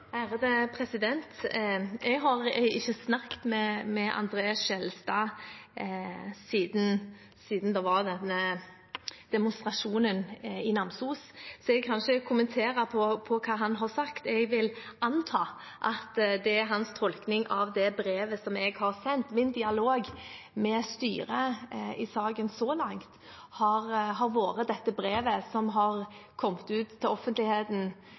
Jeg har ikke snakket med André N. Skjelstad siden demonstrasjonen i Namsos, så jeg kan ikke kommentere det han har sagt. Jeg vil anta at det er hans tolkning av det brevet jeg har sendt. Min dialog med styret i saken så langt har vært dette brevet, som kom ut til offentligheten